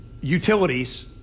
utilities